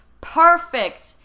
perfect